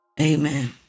Amen